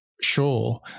sure